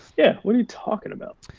yeah, what are you talking about?